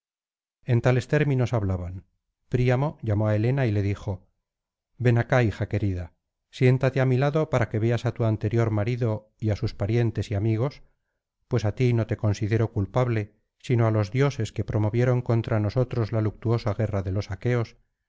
en tales términos hablaban príamo llamó á helena y le dijo ven acá hija querida siéntate á mi lado para que veas á tu anterior marido y á sus parientes y amigos pues á ti no te considero culpable sino á los dioses que promovieron contra nosotros la luctuosa guerra de los aqueos